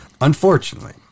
unfortunately